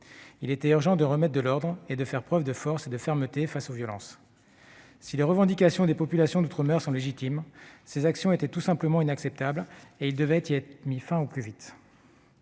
Il était urgent de rétablir l'ordre et de faire preuve de force et de fermeté face aux violences. Si les revendications des populations d'outre-mer sont légitimes, de telles actions étaient tout simplement inacceptables, et il devait y être mis fin au plus vite.